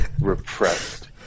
repressed